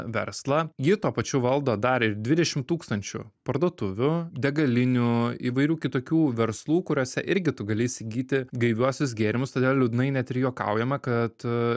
verslą ji tuo pačiu valdo dar dvidešimt tūkstančių parduotuvių degalinių įvairių kitokių verslų kuriuose irgi tu gali įsigyti gaiviuosius gėrimus todėl liūdnai net ir juokaujama kad